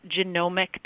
genomic